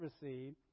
receive